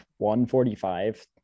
145